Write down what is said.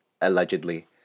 Allegedly